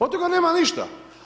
Od toga nema ništa.